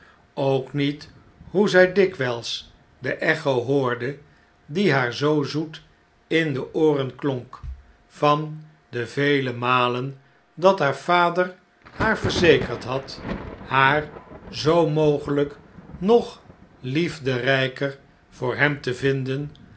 ook met hoe zij dikwijls de echo hoorde die haar zoo zoet in de ooren klonk van de vele malen dat haar vader haar verzekerd had haar zoo mogelijk nogliefderijker voor hem te vinden